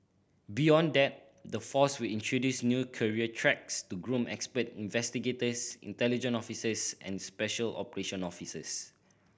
beyond that the force will introduce new career tracks to groom expert investigators intelligence officers and special operation officers